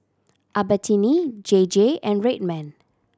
Albertini J J and Red Man